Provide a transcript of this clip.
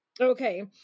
Okay